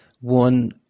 one